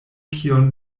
kion